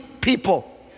people